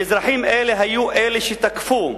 אם אזרחים אלה היו אלה שתקפו,